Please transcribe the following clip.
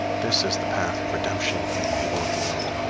this is the path of redemption from the evil of the world.